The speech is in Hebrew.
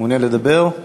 מעוניין לדבר?